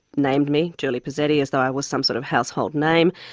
named me, julie posetti, as though i was some sort of household name,